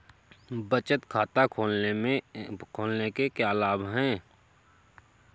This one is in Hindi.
बचत खाता खोलने के क्या लाभ हैं?